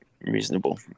reasonable